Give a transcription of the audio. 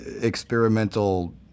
experimental